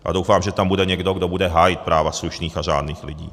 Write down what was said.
A doufám, že tam bude někdo, kdo bude hájit práva slušných a řádných lidí.